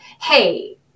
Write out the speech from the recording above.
hey